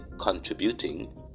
contributing